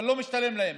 אבל זה לא משתלם להם,